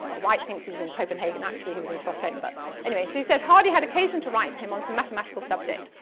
white thinks he's in copenhagen, actually he was in stockholm. but anyway, so he says, hardy had occasion to write him on some mathematical subject.